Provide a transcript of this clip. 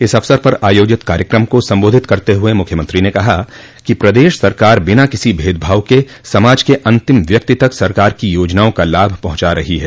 इस अवसर पर आयोजित कार्यक्रम को संबोधित करते हुये मुख्यमंत्री ने कहा कि प्रदेश सरकार बिना किसी भेदभाव के समाज के अंतिम व्यक्ति तक सरकार की योजनाओं का लाभ पहुंचा रही है